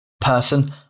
person